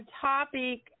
topic